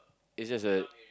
it's just a